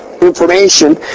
information